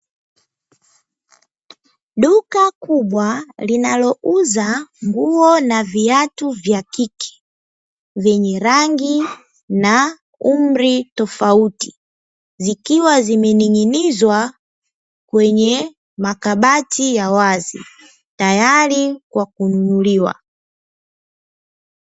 Duka kubwa linalo uza nguo na viatu vya kike, vyenye rangi na umri tofauti.; Zikiwa zimening'inizwa kwenye makabati ya wazi, tayari kwa kununuliwa.